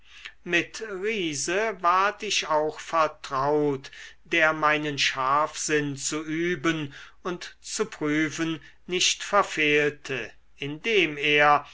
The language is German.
mit riese ward ich auch vertraut der meinen scharfsinn zu üben und zu prüfen nicht verfehlte indem er